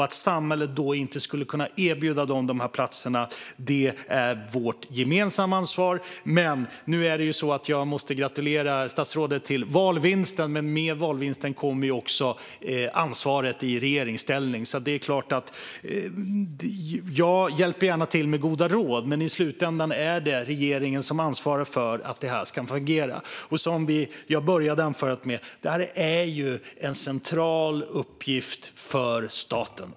Att samhället inte kan erbjuda dem plats är vårt gemensamma ansvar. Jag måste gratulera statsrådet till valvinsten, men med denna vinst kommer också ansvaret i regeringsställning. Jag hjälper gärna till med goda råd, men i slutändan är det regeringen som ansvarar för att det fungerar. Som jag började mitt anförande med att säga är detta en central uppgift för staten.